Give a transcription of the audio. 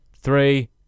three